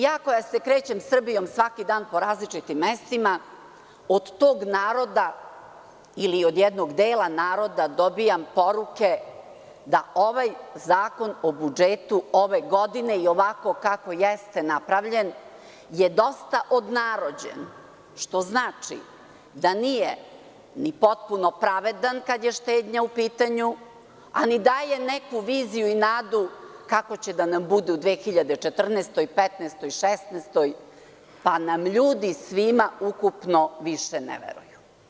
Ja koja se krećem Srbijom svaki dan po različitim mestima, od tog naroda ili od jednog dela naroda dobijam poruke da ovaj zakon o budžetu ove godine i ovako kako jeste napravljen je dosta odnarođen, što znači da nije ni potpuno pravedan kada je štednja u pitanju, ali daje neku viziju i nadu kako će da nam bude u 2014, 2015. i 2016. godini, pa nam ljudi svima ukupno više ne veruju.